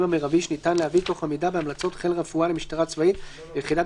המרבי שניתן להביא תוך עמידה בהמלצות חיל הרפואה למשטרה הצבאית וליחידת